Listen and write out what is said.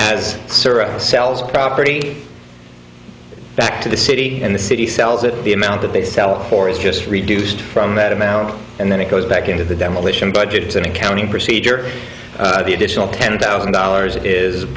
sells property back to the city and the city sells it the amount that they sell for is just reduced from that amount and then it goes back into the demolition budget it's an accounting procedure the additional ten thousand dollars is